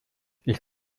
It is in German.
ich